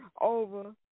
over